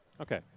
Okay